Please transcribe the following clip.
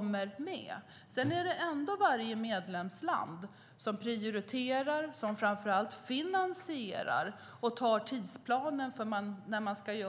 med korridoren. Sedan är det ändå varje medlemsland som prioriterar, framför allt finansierar och sätter tidsplanen.